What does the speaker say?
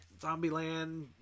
Zombieland